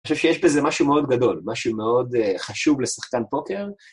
אני חושב שיש בזה משהו מאוד גדול, משהו מאוד אה... חשוב לשחקן פוקר.